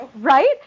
Right